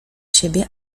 siebie